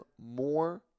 more